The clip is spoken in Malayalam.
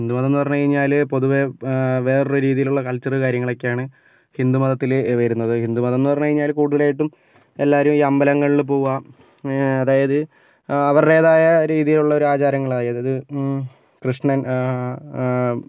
ഹിന്ദു മതമെന്ന് പറഞ്ഞ് കഴിഞ്ഞാൽ പൊതുവെ വേറൊരു രീതിയിലുള്ള കൾച്ചർ കാര്യങ്ങളൊക്കെയാണ് ഹിന്ദു മതത്തിൽ വരുന്നത് ഹിന്ദു മതമെന്ന് പറഞ്ഞ് കഴിഞ്ഞാൽ കൂടുതലായിട്ടും എല്ലാവരും ഈ അമ്പലങ്ങളിൽ പോവുക അതായത് അവരുടേതായ രീതിയിലുള്ള ഒരാചാരങ്ങൾ അതായത് കൃഷ്ണൻ